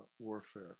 warfare